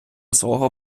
свого